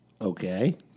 Okay